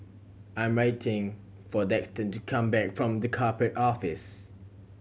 I'm writing for Daxton to come back from The Corporate Office